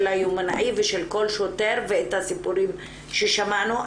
היומנאי ושל כל שוטר ואת הסיפורים ששמענו.